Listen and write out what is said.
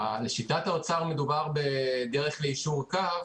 לשיטת האוצר מדובר בדרך ליישור קו